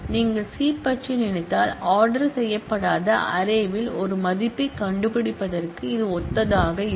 நீங்கள் சி பற்றி நினைத்தால் ஆர்டர் செய்யப்படாத அரே ல் ஒரு மதிப்பைக் கண்டுபிடிப்பதற்கு இது ஒத்ததாக இருக்கும்